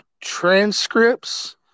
transcripts